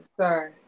Sorry